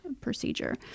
procedure